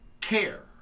care